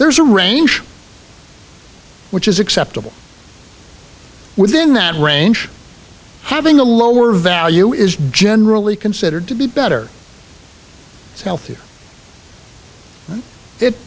there's a range which is acceptable within that range having a lower value is generally considered to be better it's health